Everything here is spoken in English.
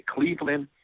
Cleveland